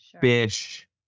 fish